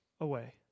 away